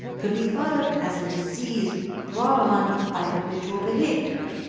could be thought of as a disease brought on by habitual behavior,